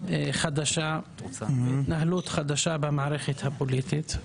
חדשה, התנהלות חדשה במערכת הפוליטית.